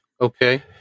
okay